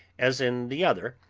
as in the other,